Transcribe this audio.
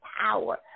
power